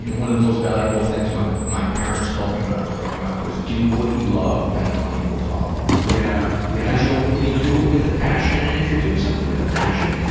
and one of the most valuable things my my parents told me when i was growing up was, do what you love and the money will follow. yeah, yeah. because you'll you'll do it with a passion, and if you're doing something with a passion,